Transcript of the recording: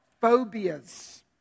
phobias